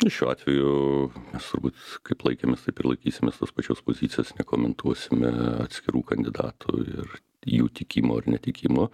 šiuo atveju mes turbūt kaip laikėmės taip ir laikysimės tos pačios pozicijos nekomentuosime atskirų kandidatų ir jų tikimo ar netikimo